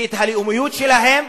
ואת הלאומיות שלהם,